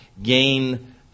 gain